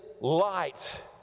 light